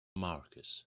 markers